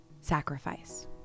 Sacrifice